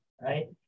right